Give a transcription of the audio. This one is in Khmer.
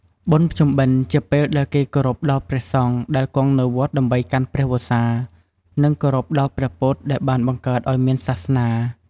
បុណ្យភ្ជុំបិណ្ឌជាពេលដែលគេគោរពដល់ព្រះសង្ឃដែលគង់ក្នុងវត្តដើម្បីកាន់ព្រះវស្សា និងគោរពដល់ព្រះពុទ្ធដែលបានបង្កើតឲ្យមានសាសនា។